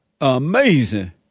Amazing